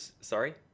Sorry